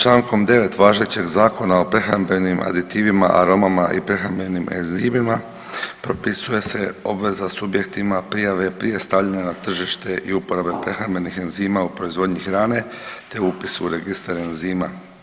Čl. 9. važećeg Zakona o prehrambenim aditivima, aromama i prehrambenim enzimima propisuje se obveza subjektima prijave prije stavljanja na tržište i uporabe prehrambenih enzima u proizvodnji hrane, te upisu u registar enzima.